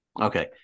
Okay